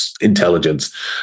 intelligence